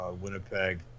Winnipeg